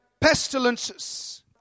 pestilences